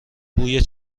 بوی